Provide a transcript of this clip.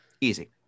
Easy